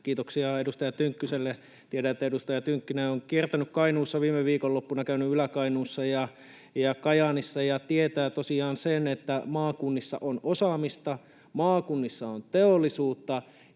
Kiitoksia edustaja Tynkkyselle. Tiedän, että edustaja Tynkkynen on kiertänyt Kainuussa viime viikonloppuna, käynyt Ylä-Kainuussa ja Kajaanissa ja tietää tosiaan sen, että maakunnissa on osaamista, maakunnissa on teollisuutta